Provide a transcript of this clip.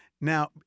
now